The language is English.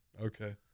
Okay